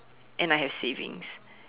and I have savings